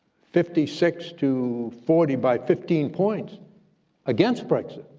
fifty six to forty by fifteen points against brexit.